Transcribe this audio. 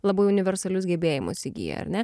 labai universalius gebėjimus įgyja ar ne